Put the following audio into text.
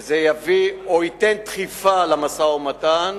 שזה יביא, או ייתן דחיפה למשא-ומתן,